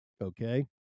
Okay